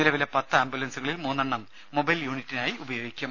നിലവിലെ പത്ത് ആംബുലൻസുകളിൽ മൂന്നെണ്ണം മൊബൈൽ യൂണിറ്റിനായി ഉപയോഗിക്കും